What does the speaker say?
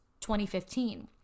2015